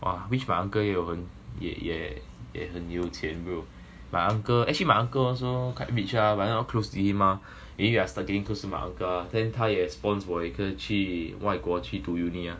!wah! wish my uncle 也有很也也也也很有钱 bro my uncle actually my uncle also quite rich ah but not close to him mah maybe I start being close to my uncle then 他也 spon 我也可以去外国家去读 uni lah